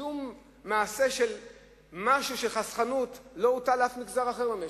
שום מעשה של חסכנות לא הוטל על אף מגזר אחר במשק.